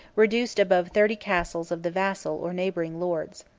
reduced above thirty castles of the vassal or neighboring lords.